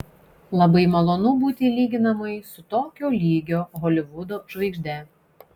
labai malonu būti lyginamai su tokio lygio holivudo žvaigžde